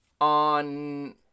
On